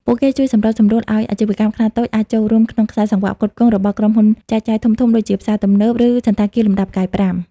ពួកគេជួយសម្របសម្រួលឱ្យអាជីវកម្មខ្នាតតូចអាចចូលរួមក្នុងខ្សែសង្វាក់ផ្គត់ផ្គង់របស់ក្រុមហ៊ុនចែកចាយធំៗ ដូចជាផ្សារទំនើប និងសណ្ឋាគារលំដាប់ផ្កាយប្រាំ។